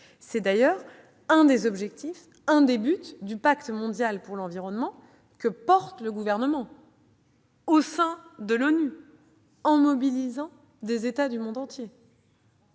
est d'ailleurs l'un des objectifs du pacte mondial pour l'environnement que défend le Gouvernement au sein de l'ONU, en mobilisant des États du monde entier.